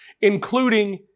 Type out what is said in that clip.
including